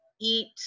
eat